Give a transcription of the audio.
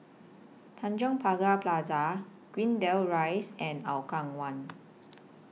Tanjong Pagar Plaza Greendale Rise and Hougang one